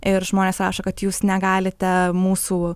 ir žmonės rašo kad jūs negalite mūsų